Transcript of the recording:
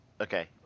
Okay